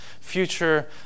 future